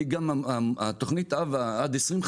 גם תכנית האב עד עשרים,